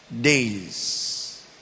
days